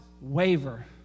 waver